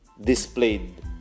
displayed